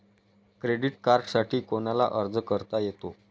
Credit कार्डसाठी कोणाला अर्ज करता येतो?